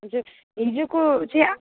हजुर हिजोको चाहिँ